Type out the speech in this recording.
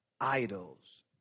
idols